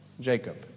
Jacob